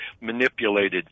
manipulated –